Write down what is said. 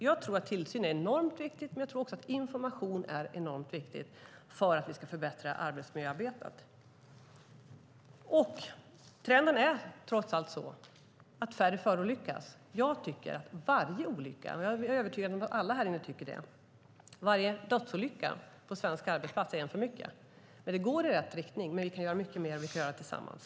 Jag tror att tillsyn är enormt viktigt, men jag tror också att information är enormt viktigt för att vi ska förbättra arbetsmiljöarbetet. Trenden är trots allt att färre förolyckas. Jag tycker att varje dödsolycka på en svensk arbetsplats är en för mycket, och jag är övertygad om att alla här inne tycker det. Det går i rätt riktning, men vi kan göra mycket mer - och vi kan göra det tillsammans.